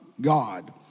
God